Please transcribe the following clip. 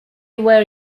were